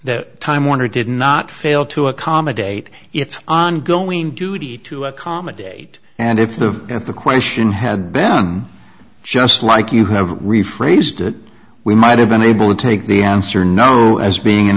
that time warner did not fail to accommodate its ongoing duty to accommodate and if the at the question had been just like you have rephrased it we might have been able to take the answer no as being an